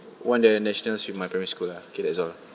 won the national ship in my primary school ah okay that's all